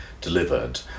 delivered